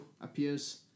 appears